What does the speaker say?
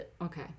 okay